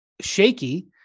shaky